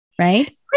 right